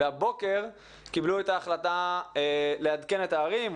והבוקר קיבלו את ההחלטה לעדכן את הערים,